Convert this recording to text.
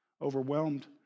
overwhelmed